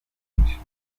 byinshi